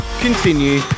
continue